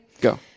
Go